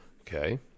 Okay